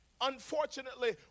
unfortunately